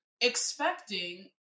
expecting